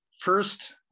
first